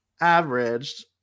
averaged